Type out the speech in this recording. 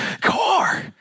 car